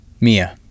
Mia